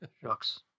Shucks